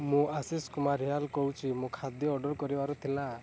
ମୁଁ ଆଶିଷ୍ କୁମାର ରିୟାଲ୍ କହୁଛି ମୁଁ ଖାଦ୍ୟ ଅର୍ଡ଼ର କରିବାର ଥିଲା